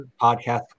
podcast